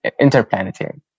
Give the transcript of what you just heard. interplanetary